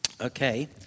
Okay